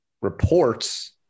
reports